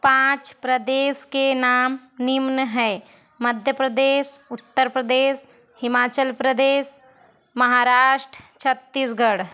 पाँच प्रदेश के नाम निम्न हैं मध्य प्रदेश उत्तर प्रदेश हिमाचल प्रदेश महाराष्ट्र छत्तीसगढ़